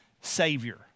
savior